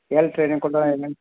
ಎಲ್ಲಿ ಟ್ರೈನಿಂಗ್